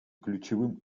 ключевым